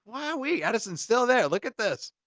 wowee! edison's still there! look at this!